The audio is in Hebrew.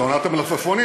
זו עונת המלפפונים,